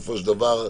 מפוקחים.